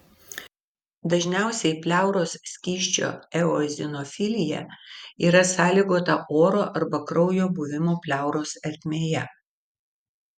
dažniausiai pleuros skysčio eozinofilija yra sąlygota oro arba kraujo buvimo pleuros ertmėje